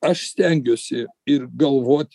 aš stengiuosi ir galvot